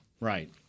Right